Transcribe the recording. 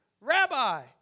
Rabbi